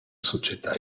società